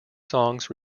songs